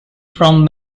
from